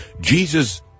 Jesus